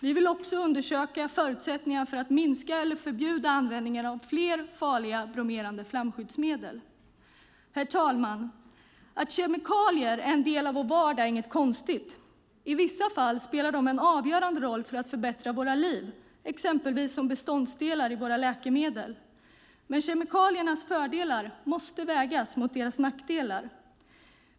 Vi vill också undersöka förutsättningarna för att minska eller förbjuda användningen av fler farliga bromerade flamskyddsmedel. Herr talman! Att kemikalier är en del av vår vardag är inget konstigt. I vissa fall spelar de en avgörande roll för att förbättra våra liv, exempelvis som beståndsdelar i våra läkemedel. Men kemikaliernas fördelar måste vägas mot deras nackdelar.